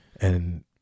and-